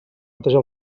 netejar